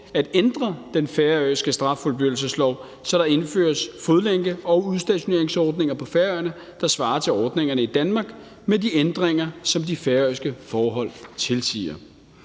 at ændre den færøske straffuldbyrdelseslov, så der indføres fodlænke- og udstationeringsordninger på Færøerne, der svarer til ordningerne i Danmark, med de ændringer, som de færøske forhold tilsiger.